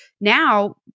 now